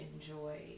enjoy